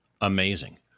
amazing